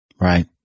Right